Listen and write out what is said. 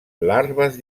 larves